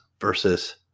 versus